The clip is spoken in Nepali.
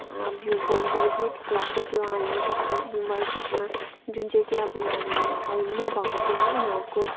भिउ पोइन्टबाट जे ठिक लाग्छ त्यो हाल्न सक्छ मोबाइल फिडमा जुन चाहिँ अब उनीहरूलाई है नभएको कुरा उनीहरूको